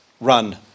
run